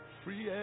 free